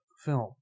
film